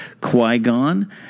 Qui-Gon